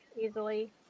easily